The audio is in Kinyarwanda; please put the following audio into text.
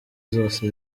zose